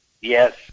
Yes